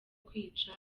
kwica